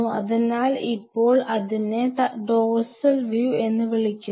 അതിനാൽ ഇപ്പോൾ അതിനെ ഡോർസൽ വ്യൂ എന്ന് വിളിക്കുന്നു